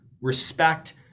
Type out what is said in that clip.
respect